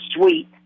suite